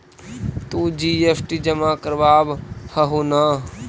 तु जी.एस.टी जमा करवाब हहु न?